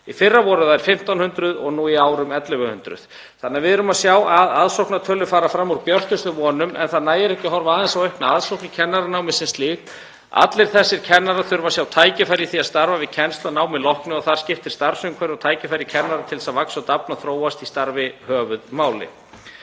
Í fyrra voru þær 1.500 og nú í ár um 1.100, þannig að við erum að sjá aðsóknartölur fara fram úr björtustu vonum. En það nægir ekki að horfa aðeins á aukna aðsókn í kennaranámið sem slíkt. Allir þessir kennarar þurfa að sjá tækifæri í því að starfa við kennslu að námi loknu og þar skiptir starfsumhverfi og tækifæri kennara til að vaxa og dafna og þróast í starfi höfuðmáli.